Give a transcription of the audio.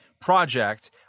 project